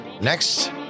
next